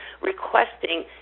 requesting